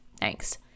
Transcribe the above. thanks